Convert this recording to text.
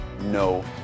no